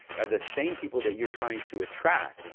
are the same people that you're trying to attract.